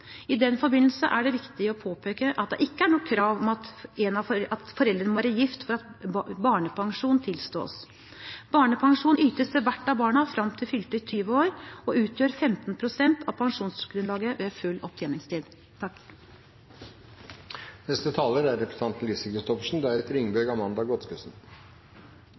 I den forbindelse er det viktig å påpeke at det ikke er noe krav om at foreldrene må være gift for at barnepensjon tilstås. Barnepensjon ytes til hvert av barna fram til fylte 20 år og utgjør 15 pst. av pensjonsgrunnlaget ved full opptjeningstid. Som saksordføreren har redegjort for, gjelder denne saken etterlatteytelser i Statens pensjonskasse for samboere. Det er